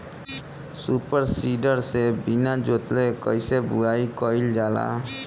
Super seeder से बीना जोतले कईसे बुआई कयिल जाला?